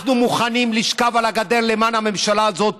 אנחנו מוכנים לשכב על הגדר למען הממשלה הזאת,